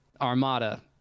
Armada